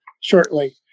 shortly